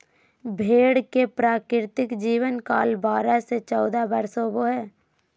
भेड़ के प्राकृतिक जीवन काल बारह से चौदह वर्ष होबो हइ